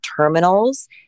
terminals